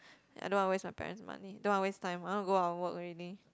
I don't want to waste my parent's money don't want to waste time I want to go out and work already